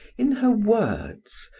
in her words,